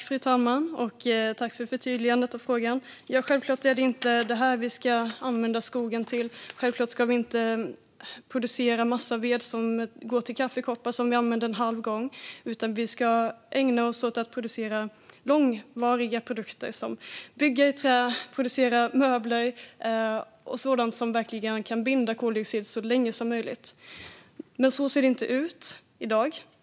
Fru talman! Tack för förtydligandet och frågan! Självklart ska vi inte använda skogen till att producera massaved som går till kaffemuggar som vi använder en halv gång, utan vi ska ägna oss åt att producera långvariga produkter och bygga i trä samt producera möbler och sådant som verkligen kan binda koldioxid så länge som möjligt. Men så ser det inte ut i dag.